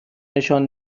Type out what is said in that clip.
نشان